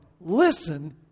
Listen